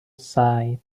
side